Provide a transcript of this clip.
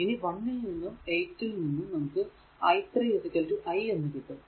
ഇനി 1 ൽ നിന്നും 8 ൽ നിന്നും നമുക്ക് i3 i എന്ന് കിട്ടും